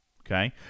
Okay